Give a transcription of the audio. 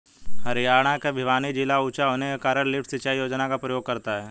हरियाणा का भिवानी जिला ऊंचा होने के कारण लिफ्ट सिंचाई योजना का प्रयोग करता है